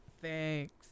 Thanks